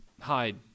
hide